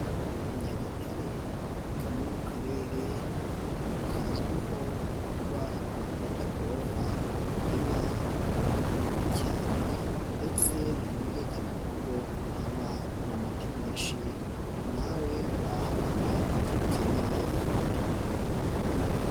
Nyagatare ni kamwe mu Karere kazwiho kuba gakunda korora inka cyane ndetse birumvikana ko ubwo haba n'amata menshi nawe wahagana igihe ukeneye amata.